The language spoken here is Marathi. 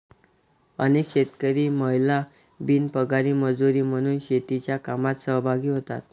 अनेक शेतकरी महिला बिनपगारी मजुरी म्हणून शेतीच्या कामात सहभागी होतात